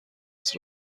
است